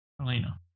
Elena